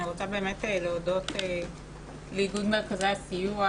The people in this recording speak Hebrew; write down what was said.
אני רוצה באמת להודות לאיגוד מרכזי הסיוע,